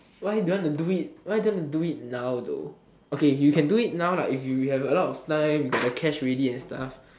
why do you want to do it why do you want to do it now though okay you can do it now lah if you got a lot of time you got the cash ready and stuff